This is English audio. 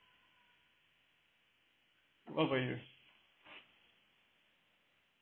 what about you